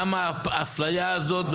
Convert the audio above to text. למה האפליה הזאת?